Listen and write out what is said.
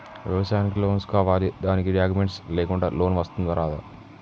వ్యవసాయానికి లోన్స్ కావాలి దానికి డాక్యుమెంట్స్ లేకుండా లోన్ వస్తుందా రాదా?